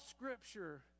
scripture